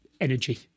energy